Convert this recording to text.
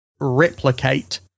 replicate